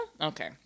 Okay